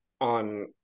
on